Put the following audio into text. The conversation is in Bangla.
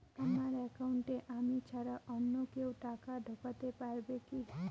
আমার একাউন্টে আমি ছাড়া অন্য কেউ টাকা ঢোকাতে পারবে কি?